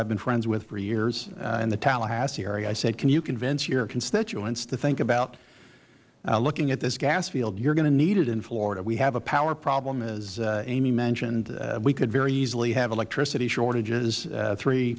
have been friends with for years in the tallahassee area i said can you convince your constituents to think about looking at this gas field you are going to need it in florida we have a power problem as amy mentioned we could very easily have electricity shortages three